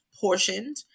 portioned